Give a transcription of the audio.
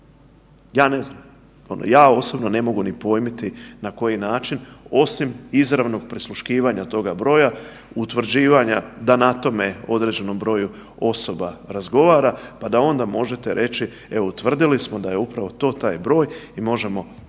Ja osobno ne mogu ni pojmiti na koji način osim izravnog prisluškivanja toga broja, utvrđivanja da na tome određenom broju osoba razgovara, a da onda možete reći evo utvrdili smo da je upravo to taj broj i možemo pratiti